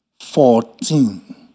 Fourteen